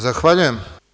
Zahvaljujem.